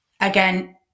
again